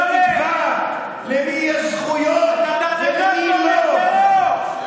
שתקבע למי יש זכויות ולמי לא.